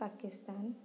Pakistan